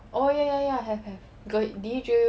orh ya ya ya have have girl did he jio you